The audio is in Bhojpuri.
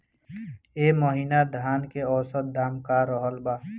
एह महीना धान के औसत दाम का रहल बा?